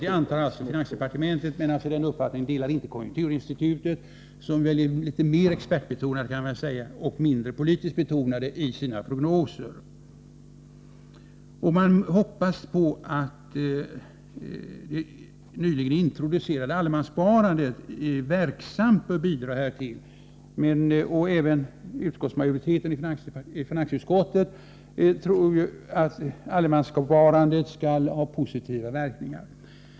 Detta antagande gör alltså finansdepartementet, men den uppfattningen delar inte konjunkturinstitutet, som väl kan sägas vara litet mer expertbetonat och mindre politiskt betonat i sina prognoser. Man hoppas från finansdepartementets sida att det nyligen introducerade allemanssparandet verksamt skall bidra till att hushållen inte minskar sitt sparande, och även finansutskottets majoritet tror ju att allemanssparandet skall ha positiva verkningar.